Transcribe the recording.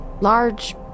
large